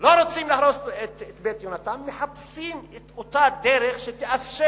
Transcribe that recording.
לא רוצים להרוס את "בית יהונתן" מחפשים את אותה דרך שתאפשר